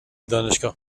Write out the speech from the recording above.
دانشگاه